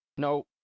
No